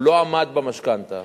והוא לא עמד במשכנתה,